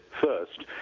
first